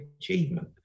achievement